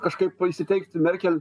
kažkaip va įsiteikti merkel